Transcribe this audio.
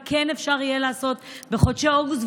וכן אפשר יהיה לעשות בחודשי אוגוסט,